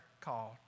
called